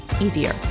easier